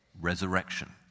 resurrection